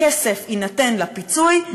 הכסף יינתן לפיצוי,